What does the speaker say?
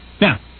Now